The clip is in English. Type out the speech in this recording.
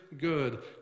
good